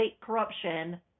corruption